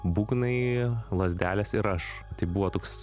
būgnai lazdelės ir aš tai buvo toks